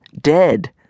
dead